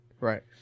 Right